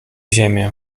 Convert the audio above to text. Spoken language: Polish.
ziemię